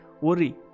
Worry